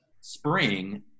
spring